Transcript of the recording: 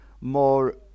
More